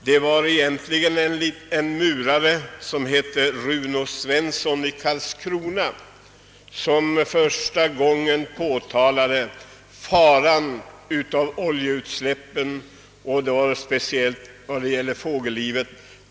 Det var egentligen en murare vid namn Runo Svensson som bodde i Karlskrona, som första gången påtalade faran av oljeutsläppen, speciellt för fågellivet.